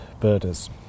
birders